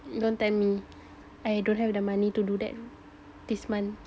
don't tell me I don't have the money to do that this month